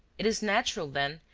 it is natural, then,